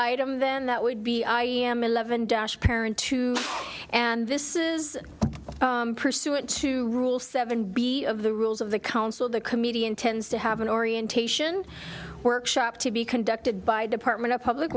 item then that would be i am eleven dash parent two and this is pursuant to rule seven b of the rules of the council the comedian tends to have an orientation workshop to be conducted by department of public